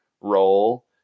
role